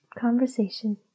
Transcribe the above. conversation